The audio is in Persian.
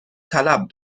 طلب